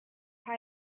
how